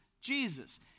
Jesus